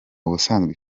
ubusanzwe